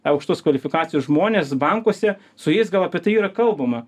aukštos kvalifikacijos žmonės bankuose su jais gal apie tai yra kalbama